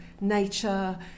nature